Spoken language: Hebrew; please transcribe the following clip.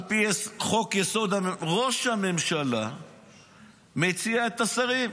על פי חוק-יסוד, ראש הממשלה מציע את השרים.